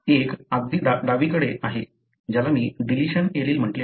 एक अगदी डावीकडे आहे ज्याला मी डिलिशन एलील म्हंटले आहे